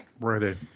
Ready